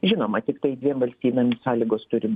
žinoma tiktai dviem valstybėm sąlygos turi